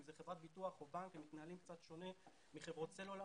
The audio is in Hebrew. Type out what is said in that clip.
כי אם זאת חברת ביטוח או בנק הם לפעמים מתנהלים קצת שונה מחברות סלולר.